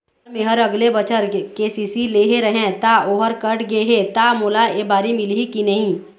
Sir मेहर अगले बछर के.सी.सी लेहे रहें ता ओहर कट गे हे ता मोला एबारी मिलही की नहीं?